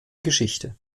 geschichte